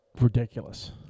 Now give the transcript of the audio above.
ridiculous